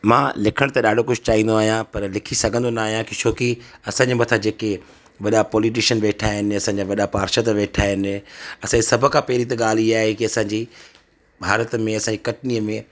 मां लिखण त ॾाढो कुझु चाहींदो आहियां पर लिखी सघंदो न आहियां छोकि असांजे मथां जेके वॾा पॉलिटिशन वेठा आहिनि या असांजा पार्षद वेठा आहिनि असां ई सभु खां पहिरीं त ॻाल्हि इहा आहे की असांजी भारत में असां ई कटनीअ में